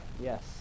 Yes